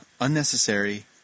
unnecessary